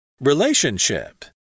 Relationship